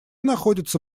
находится